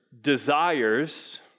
desires